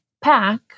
pack